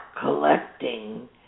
collecting